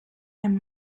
and